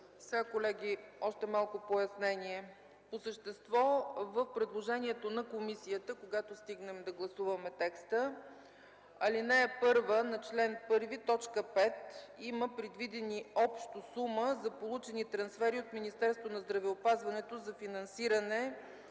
Колеги, още малко пояснение. По същество в предложението на комисията, когато стигнем – да гласуваме текста, ал. 1 на чл. 1, т. 5, има предвидена обща сума за получени трансфери от Министерството на здравеопазването за финансиране